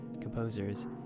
composers